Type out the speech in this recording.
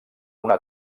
una